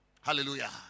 Hallelujah